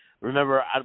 Remember